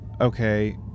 okay